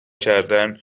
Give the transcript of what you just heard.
کردن